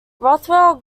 rothwell